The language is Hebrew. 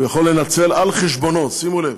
יוכל לנצל על חשבונו, שימו לב,